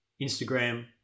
Instagram